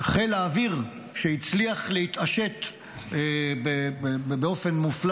חיל האוויר, שהצליח להתעשת באופן מופלא,